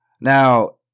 Now